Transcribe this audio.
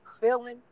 feeling